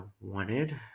wanted